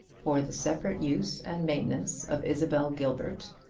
for the separate use and maintenance of isabel gilbert,